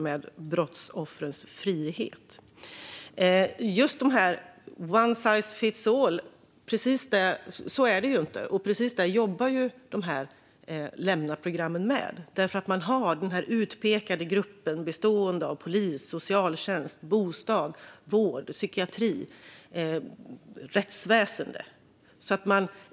One size fits all - så är det inte. Precis detta jobbar lämnaprogrammen med, för de har en utpekad grupp bestående av polis, socialtjänst, bostad, vård, psykiatri och rättsväsen.